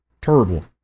terrible